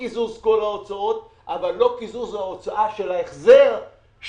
יש קיזוז של כל ההוצאות אבל לא קיזוז ההוצאה של החזר ההלוואה.